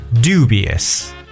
dubious